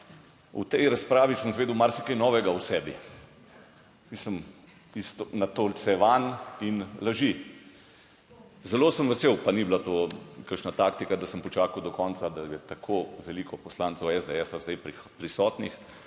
v tej razpravi sem izvedel marsikaj novega o sebi - mislim iz natolcevanj in laži. Zelo sem vesel, pa ni bila to kakšna taktika, da sem počakal do konca, da je tako veliko poslancev SDS a zdaj prisotnih,